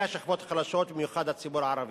השכבות החלשות, ובמיוחד הציבור הערבי.